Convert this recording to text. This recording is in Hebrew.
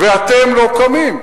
ואתם לא קמים.